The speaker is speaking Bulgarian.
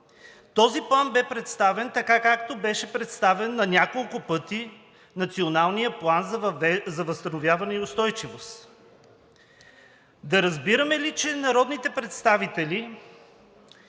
този план бе представен, така както беше представен на няколко пъти Националният план за възстановяване и устойчивост. Да разбираме ли, че народните представители,